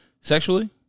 Sexually